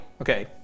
okay